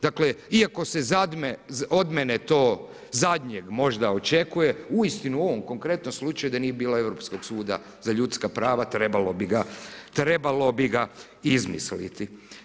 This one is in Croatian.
Dakle, iako se od mene zadnjeg možda to očekuje, uistinu u ovom konkretnom slučaju da nije bilo Europskog suda za ljudska prava trebalo bi ga izmisliti.